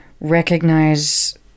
recognize